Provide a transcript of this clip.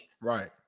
Right